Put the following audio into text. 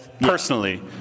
personally